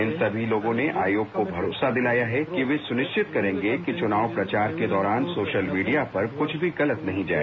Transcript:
इन सभी लोगों ने आयोग को भरोसा दिलाया है कि ये सुनिश्चित करेंगे कि चुनाव प्रचार के दौरान सोशल मीडिया पर कुछ भी गलत नहीं जाये